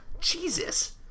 Jesus